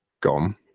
gone